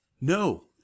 No